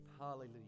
Hallelujah